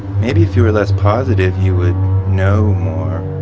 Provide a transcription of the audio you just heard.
maybe if you were less positive, you would know more.